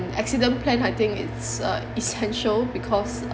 and accident plan I think it's uh essential because